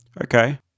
Okay